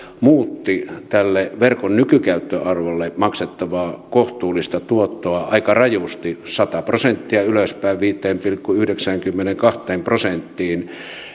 muutti tälle verkon nykykäyttöarvolle maksettavaa kohtuullista tuottoa aika rajusti sata prosenttia ylöspäin viiteen pilkku yhdeksäänkymmeneenkahteen prosenttiin